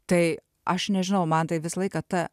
tai aš nežinau man tai visą laiką ta